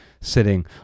sitting